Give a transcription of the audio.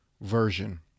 version